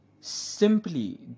Simply